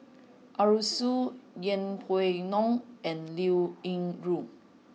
Arasu Yeng Pway Ngon and Liao Yingru